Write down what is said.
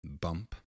bump